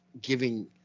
giving